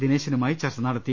ദിനേശുമായി ചർച്ച നടത്തി